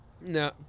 no